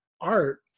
art